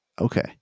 Okay